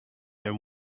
and